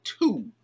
two